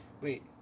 wait